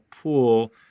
pool